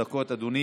חבר הכנסת מאיר כהן,